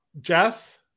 Jess